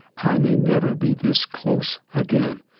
i may never be this close again.